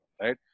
Right